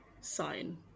sign